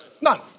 None